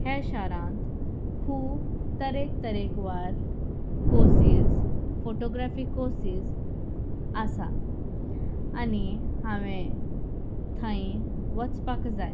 हे शारांत खूब तरेक तरेकवार कोर्सीस फोटोग्राफी कोर्सीस आसा आनी हांवें थंय वचपाक जाय